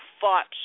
fought